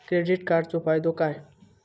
Credit कार्डाचो फायदो काय?